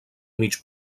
mig